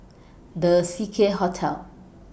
The Seacare Hotel